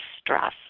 stress